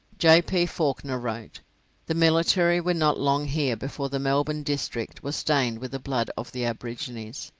j. p. fawkner wrote the military were not long here before the melbourne district was stained with the blood of the aborigines,